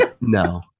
No